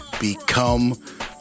become